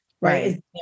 right